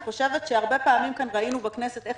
אני חושבת שהרבה פעמים ראינו בכנסת איך